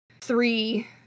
three